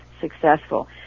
successful